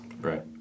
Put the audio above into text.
Right